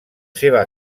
seva